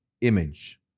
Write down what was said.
image